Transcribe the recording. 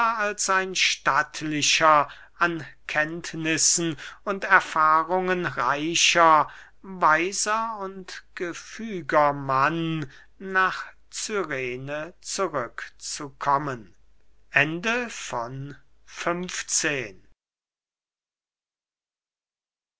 als ein stattlicher an kenntnissen und erfahrungen reicher weiser und gefüger mann nach cyrene zurück zu